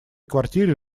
квартире